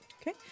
Okay